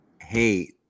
hate